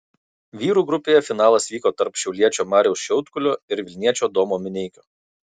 vyrų grupėje finalas vyko tarp šiauliečio mariaus šiaudkulio ir vilniečio domo mineikio